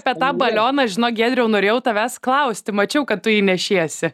bet tą balioną žinok giedriau norėjau tavęs klausti mačiau kad tu jį nešiesi